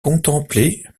contempler